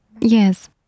Yes